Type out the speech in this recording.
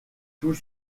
tout